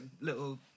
little